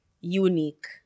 unique